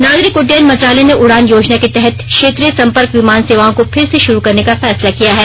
नागरिक उड्डयन मंत्रालय ने उड़ान योजना के तहत क्षेत्रीय संपर्क विमान सेवाओं को फिर से शुरू करने का फैसला किया है